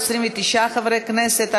29 חברי כנסת,